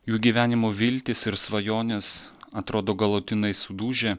jų gyvenimo viltys ir svajonės atrodo galutinai sudužę